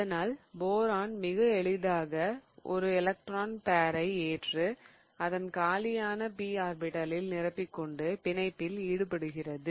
அதனால் போரான் மிக எளிதாக ஒரு எலக்ட்ரான் பேரை ஏற்று அதன் காலியான p ஆர்பிடலில் நிரப்பிக்கொண்டு பிணைப்பில் ஈடுபடுகின்றது